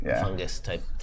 Fungus-type